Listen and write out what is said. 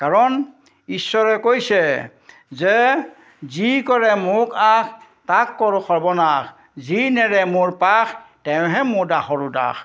কাৰণ ঈশ্বৰে কৈছে যে যি কৰে মোক আখ তাক কৰোঁ সৰ্বনাশ যি নেৰে মোৰ পাস তেওঁহে মোৰ দাসৰো দাস